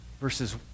verses